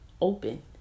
open